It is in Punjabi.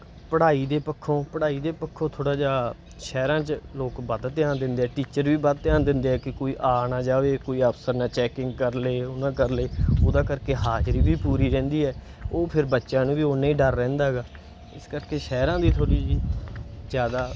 ਪੜ੍ਹਾਈ ਦੇ ਪੱਖੋਂ ਪੜ੍ਹਾਈ ਦੇ ਪੱਖੋਂ ਥੋੜ੍ਹਾ ਜਿਹਾ ਸ਼ਹਿਰਾਂ 'ਚ ਲੋਕ ਵੱਧ ਧਿਆਨ ਦਿੰਦੇ ਆ ਟੀਚਰ ਵੀ ਵੱਧ ਧਿਆਨ ਦਿੰਦੇ ਆ ਕਿ ਕੋਈ ਆ ਨਾ ਜਾਵੇ ਕੋਈ ਅਫਸਰ ਨਾ ਚੈਕਿੰਗ ਕਰ ਲਏ ਉਹ ਨਾ ਕਰ ਲਏ ਉਹਦਾ ਕਰਕੇ ਹਾਜ਼ਰੀ ਵੀ ਪੂਰੀ ਰਹਿੰਦੀ ਹੈ ਉਹ ਫਿਰ ਬੱਚਿਆਂ ਨੂੰ ਵੀ ਓਨਾ ਹੀ ਡਰ ਰਹਿੰਦਾ ਹੈਗਾ ਇਸ ਕਰਕੇ ਸ਼ਹਿਰਾਂ ਦੀ ਥੋੜ੍ਹੀ ਜਿਹੀ ਜ਼ਿਆਦਾ